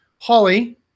Holly